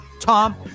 Tom